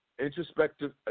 introspective